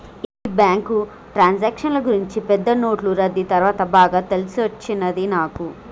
ఈ బ్యాంకు ట్రాన్సాక్షన్ల గూర్చి పెద్ద నోట్లు రద్దీ తర్వాత బాగా తెలిసొచ్చినది నాకు